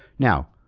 now,